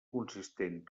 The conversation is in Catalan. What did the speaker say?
consistent